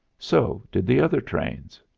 so did the other trains.